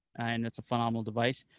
and it's a phenomenal device.